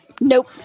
nope